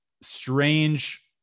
strange